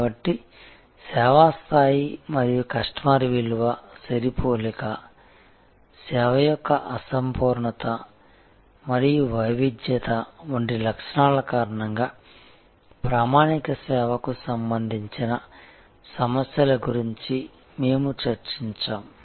కాబట్టి సేవా స్థాయి మరియు కస్టమర్ విలువ సరిపోలిక సేవ యొక్క అసంపూర్ణత మరియు వైవిధ్యత వంటి లక్షణాల కారణంగా ప్రామాణిక సేవకు సంబంధించిన సమస్యల గురించి మేము చర్చించాము